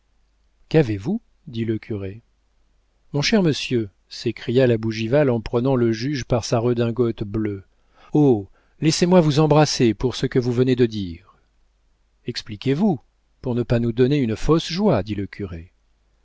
qu'avez-vous dit le curé mon cher monsieur s'écria la bougival en prenant le juge par sa redingote bleue oh laissez-moi vous embrasser pour ce que vous venez de dire expliquez-vous pour ne pas nous donner une fausse joie dit le curé